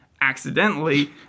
accidentally